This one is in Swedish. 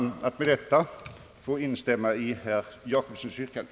Jag ber att med det anförda få instämma i herr Gösta Jacobssons yrkande.